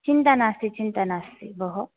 चिन्ता नास्ति चिन्ता नास्ति भोः